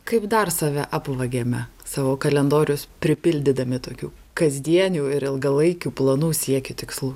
kaip dar save apvagiame savo kalendorius pripildydami tokių kasdienių ir ilgalaikių planų siekių tikslų